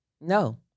No